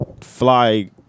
fly